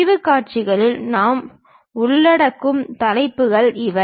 பிரிவுக் காட்சிகளில் நாம் உள்ளடக்கும் தலைப்புகள் இவை